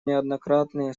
неоднократные